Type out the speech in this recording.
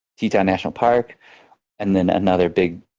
teton national park and then another big,